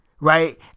right